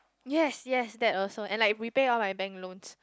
yes yes that also and like repay all my bank loans